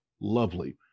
lovely